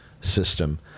system